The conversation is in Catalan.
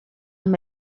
amb